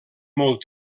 molt